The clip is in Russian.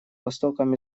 востоком